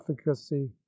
efficacy